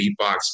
beatbox